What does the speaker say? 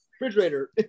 Refrigerator